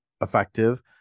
effective